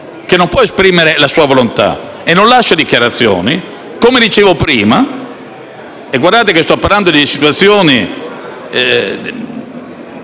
che non può esprimere la sua volontà e non lascia dichiarazioni, come dicevo prima. E guardate che sto parlando di situazioni